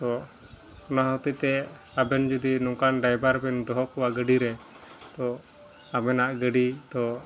ᱛᱚ ᱚᱱᱟ ᱦᱚᱛᱮᱡᱛᱮ ᱟᱵᱮᱱ ᱡᱚᱫᱤ ᱱᱚᱝᱠᱟᱱ ᱰᱟᱭᱵᱟᱨ ᱵᱮᱱ ᱫᱚᱦᱚᱠᱚᱣᱟ ᱜᱟᱹᱰᱤᱨᱮ ᱛᱚ ᱟᱵᱮᱱᱟᱜ ᱜᱟᱹᱰᱤᱫᱚ